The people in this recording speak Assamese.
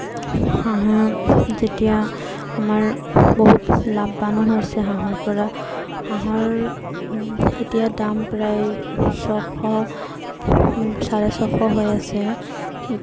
হাঁহে যেতিয়া আমাৰ বহুত লাভৱানো হৈছে হাঁহৰ পৰা হাঁহৰ এতিয়া দাম প্ৰায় ছশ চাৰে ছশ হৈ আছে